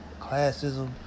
classism